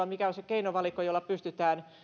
mikä on se keinovalikko jolla pystytään